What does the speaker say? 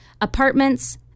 Apartments